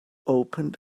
opened